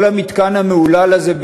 כל המתקן המהולל הזה,